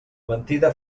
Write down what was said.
mentida